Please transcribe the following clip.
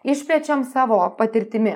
išplečiam savo patirtimi